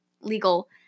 legal